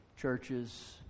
churches